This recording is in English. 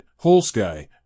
WholeSky